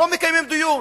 לא מקיימים דיון.